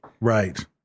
Right